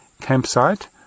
campsite